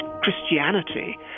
Christianity